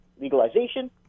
legalization